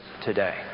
today